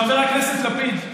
חבר הכנסת לפיד,